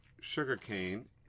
sugarcane